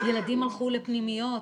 ילדים הלכו לפנימיות.